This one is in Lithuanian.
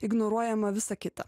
ignoruojama visa kita